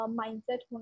mindset